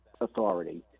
authority